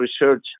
research